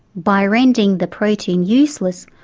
by rendering the protein useless,